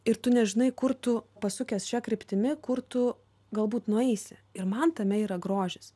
ir tu nežinai kur tu pasukęs šia kryptimi kur tu galbūt nueisi ir man tame yra grožis